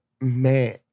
Man